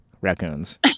Raccoons